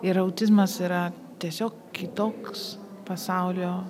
ir autizmas yra tiesiog kitoks pasaulio